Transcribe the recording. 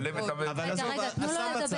נכון, אבל עזוב, אני שם בצד.